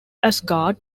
asgard